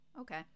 Okay